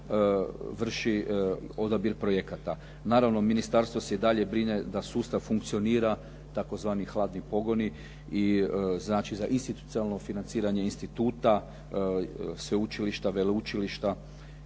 vrši odabir projekata. Naravno, ministarstvo se i dalje brine da sustav funkcionira, tzv. hladni pogoni i znači za institucionalno financiranje instituta, sveučilišta, veleučilišta